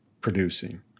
producing